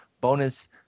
bonus